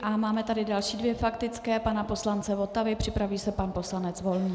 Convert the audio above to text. A máme tady další dvě faktické pana poslance Votavy, připraví se pan poslanec Volný.